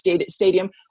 stadium